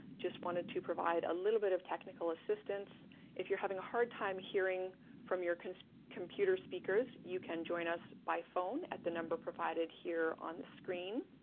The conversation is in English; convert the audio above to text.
just wanted to provide a. little bit of technical assistance if you're having a hard time hearing from your computer speakers, you can join us by phone at the number provided here on the screen.